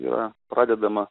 yra pradedama